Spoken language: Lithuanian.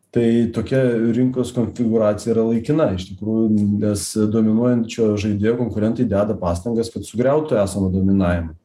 tai tokia rinkos konfigūracija yra laikina iš tikrųjų nes dominuojančio žaidėjo konkurentai deda pastangas kad sugriautų esamą dominavimą